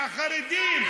מהחרדים,